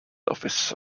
office